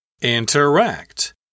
interact